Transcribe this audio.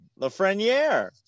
Lafreniere